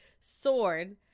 Sword